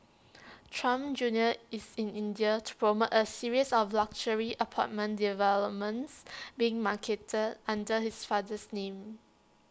Trump junior is in India to promote A series of luxury apartment developments being marketed under his father's name